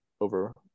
over